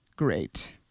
great